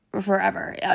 forever